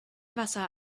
wasser